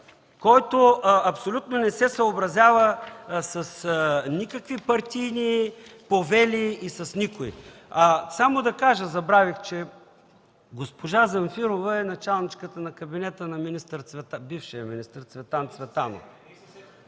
който абсолютно не се съобразява с никакви партийни повели и с никой?! Забравих да кажа, че госпожа Замфирова е началник на кабинета на бившия министър Цветан Цветанов.